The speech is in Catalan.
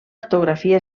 ortografia